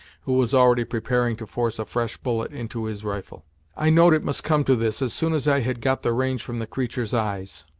who was already preparing to force a fresh bullet into his rifle i know'd it must come to this, as soon as i had got the range from the creatur's eyes.